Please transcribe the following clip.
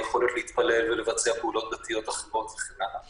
היכולת להתפלל ולבצע פעולות דתיות אחרות וכן הלאה.